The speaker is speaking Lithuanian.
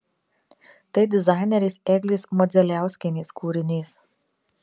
tai dizainerės eglės modzeliauskienės kūrinys